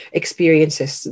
experiences